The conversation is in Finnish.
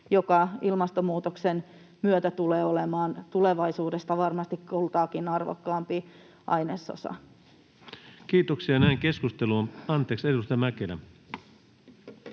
joka ilmastonmuutoksen myötä tulee olemaan tulevaisuudessa varmasti kultaakin arvokkaampi ainesosa. Kiitoksia. Näin keskustelu on... — Anteeksi, edustaja Mäkelä.